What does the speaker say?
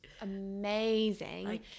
amazing